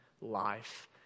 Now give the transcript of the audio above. life